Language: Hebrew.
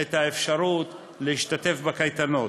את האפשרות להשתתף בקייטנות.